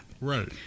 Right